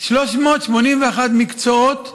381 מקצועות,